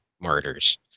martyrs